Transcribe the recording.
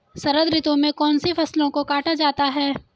शरद ऋतु में कौन सी फसलों को काटा जाता है?